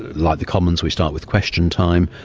like the commons, we start with question time.